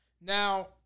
Now